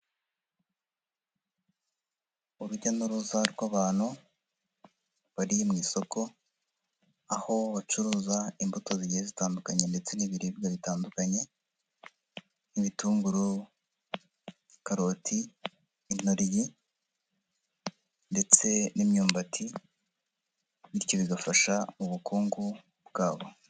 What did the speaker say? Urujya n'uruza rw'abantu bari mu isoko, aho bacuruza imbuto zigiye zitandukanye ndetse n'ibiribwa bitandukanye, nk'ibitunguru, karoti, intoryi, ndetse n'imyumbati, bityo bigafasha mu bukungu bwabo.